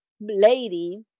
lady